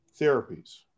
therapies